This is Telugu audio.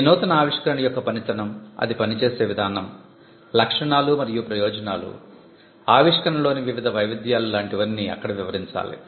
ఈ నూతన ఆవిష్కరణ యొక్క పనితనం అది పనిచేసే విధానం లక్షణాలు మరియు ప్రయోజనాలు ఆవిష్కరణలోని వివిధ వైవిధ్యాలు లాంటి వన్నీ అక్కడ వివరించాలి